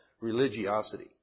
religiosity